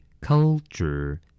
Culture